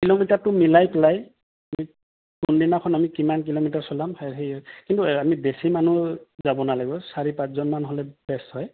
কিলোমিটাৰটো মিলাই পেলাই আমি কোনদিনাখন আমি কিমান কিলোমিটাৰ চলাম হেৰি কিন্তু আমি বেছি মানুহ যাব নালাগিব চাৰি পাঁচজনমান হ'লে বেষ্ট হয়